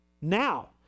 now